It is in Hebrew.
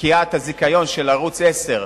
פקיעת הזיכיון של ערוץ-10,